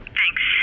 Thanks